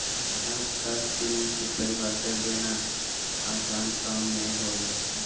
अर्थशास्त्र के निश्चित परिभाषा देना आसन काम नय होबो हइ